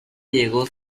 llego